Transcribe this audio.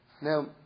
Now